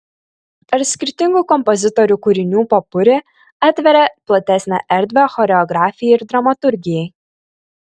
ar skirtingų kompozitorių kūrinių popuri atveria platesnę erdvę choreografijai ir dramaturgijai